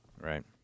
right